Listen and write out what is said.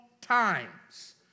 times